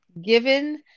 Given